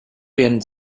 werden